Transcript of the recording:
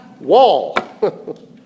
wall